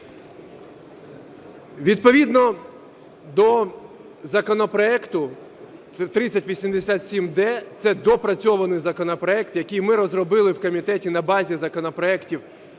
Відповідно до законопроекту 3087-д. Це допрацьований законопроект, який ми розробили в комітеті на базі законопроектів